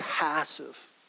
Passive